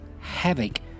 havoc